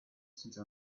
since